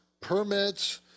permits